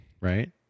Right